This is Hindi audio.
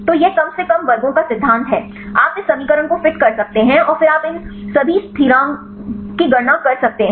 तो यह कम से कम वर्गों का सिद्धांत है आप इस समीकरण को फिट कर सकते हैं फिर आप इन सभी स्थिरांक की गणना कर सकते हैं